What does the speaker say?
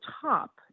top